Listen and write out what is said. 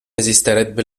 esisterebbe